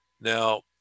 Now